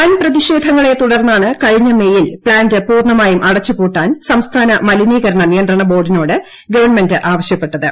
വൻ പ്രതിഷേധങ്ങളെ തുടർന്നാണ് കഴിഞ്ഞ മേയിൽ പ്ലാന്റ് പൂർണ്ണമായും അടച്ചുപൂട്ടാൻ സംസ്ഥാന മലിനീകരണ നിയന്ത്രണ ബോർഡിനോട് ഗവൺമെന്റ് ആവശ്യപ്പെട്ടത്